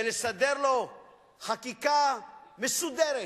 ולסדר לו חקיקה מסודרת